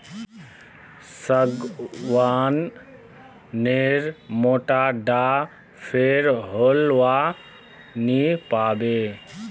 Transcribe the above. सागवान नेर मोटा डा पेर होलवा नी पाबो